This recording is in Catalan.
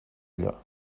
allò